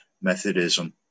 Methodism